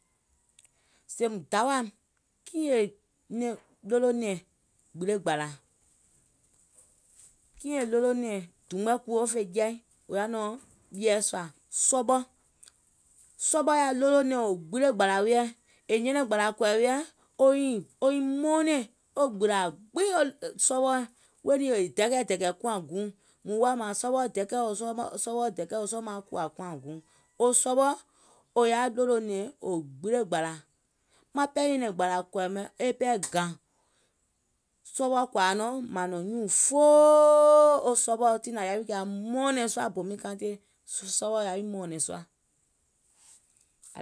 Sèèùm dawà kiìŋ yè ɗolònɛ̀ŋ gbile gbàlà, kiìŋ yè ɗolònɛ̀ŋ dùùm mɔɛ kuwo fè jɛi, wò yaà nɔŋ ɓieɛ̀, sɔɓɔ. Sɔɓɔ yaà ɗolònɛ̀ŋ gbile gbàlà wiɛ̀, è nyɛnɛŋ gbàlàkɔ̀ì wiɛ̀, woiŋ mɔɔnɛ̀ŋ wo gbìlà gbiŋ e sɔɓɔɔ̀. Weè niŋ è dɛkɛdɛ̀kɛ̀ kuàŋ guùŋ, mùŋ woà mààŋ sɔbɔɔ̀ dɛkɛ̀o dɛkɛ̀o sɔɔ̀ mauŋ kuwà kùàŋ guùŋ. wo sɔɓɔ ò yaà ɗolònɛ̀ŋ wò gbile gbàlà, maŋ pɛɛ nyɛ̀nɛ̀ŋ gbàlàkɔ̀ì mɛ̀ e pɛɛ gàŋ, sɔɓɔɔ̀ kɔ̀àa nɔŋ màŋ nɔ̀ŋ nyuùŋ foooo, wo sɔɓɔɔ̀ tiŋ nàŋ yà kià mɔ̀ɔ̀nɛ̀ŋ sùà bomi county, sɔɓɔɛ̀ yà wiì mɔ̀ɔ̀nɛ̀ŋ sùà.